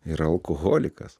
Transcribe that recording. yra alkoholikas